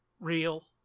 real